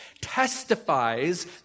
testifies